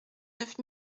neuf